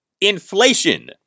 inflation